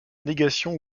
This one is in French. négation